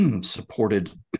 supported